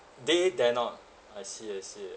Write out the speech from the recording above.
they dare not I see I see ah